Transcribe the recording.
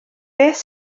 beth